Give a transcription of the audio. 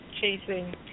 chasing